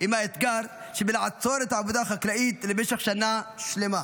עם האתגר שבלעצור את העבודה החקלאית למשך שנה שלמה.